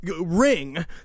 ring